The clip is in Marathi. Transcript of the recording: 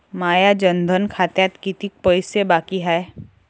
माया जनधन खात्यात कितीक पैसे बाकी हाय?